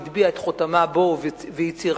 שהטביעה את חותמה בו וביצירתו,